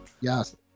Yes